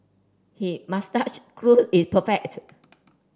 he moustache clue is perfect